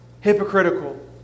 hypocritical